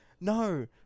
No